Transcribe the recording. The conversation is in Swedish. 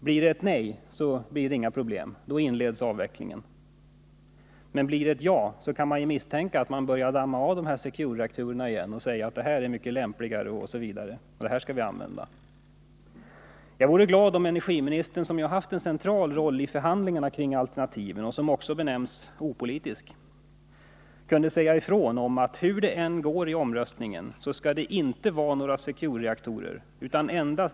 Blir det ett nej uppstår inga problem — då inleds avvecklingen. Blir det däremot ett ja kan man misstänka att man börjar damma av dessa secure-reaktorer igen och säger att det här är mycket lämpligt, det här skall vi använda osv. Jag vore glad om energiministern, som haft en central roll i förhandlingarna kring alternativen och som också benämns opolitisk, kunde säga att hur det än går i omröstningen skall inga secure-reaktorer användas.